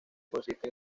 consiste